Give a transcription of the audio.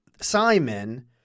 Simon